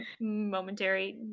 momentary